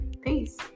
peace